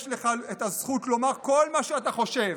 יש לך הזכות לומר כל מה שאתה חושב,